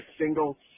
single